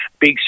big